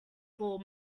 for